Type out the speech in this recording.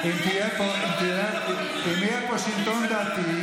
אם יהיה פה שלטון דתי,